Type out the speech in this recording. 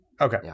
Okay